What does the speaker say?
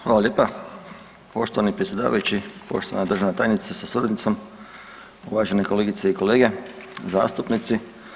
Hvala lijepa poštovani predsjedavajući, poštovana državna tajnice sa suradnicom, uvažene kolegice i kolege zastupnici.